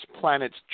planet's